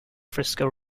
frisco